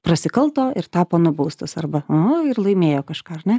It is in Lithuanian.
prasikalto ir tapo nubaustas arba o ir laimėjo kažką ar ne